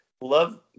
love